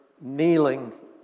kneeling